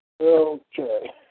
okay